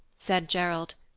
said gerald.